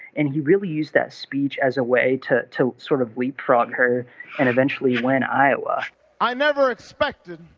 and he really used that speech as a way to to sort of leapfrog her and eventually win iowa i never expected